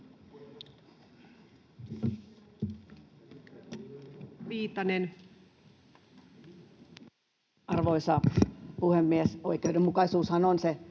Arvoisa puhemies! Oikeudenmukaisuushan on se